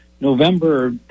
november